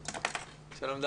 שלום.